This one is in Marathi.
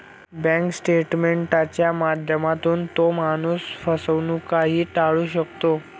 बँक स्टेटमेंटच्या माध्यमातून तो माणूस फसवणूकही टाळू शकतो